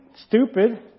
stupid